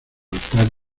altar